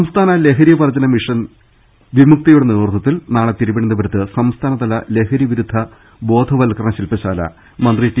സംസ്ഥാന ലഹരിവർജ്ജന മിഷൻ വിമുക്തിയുടെ നേതൃത്വത്തിൽ നാളെ തിരുവനന്തപുരത്ത് സംസ്ഥാനതല ലഹരി വിരുദ്ധ ബോധവത്കരണ ശിൽപശാല മന്ത്രി ടി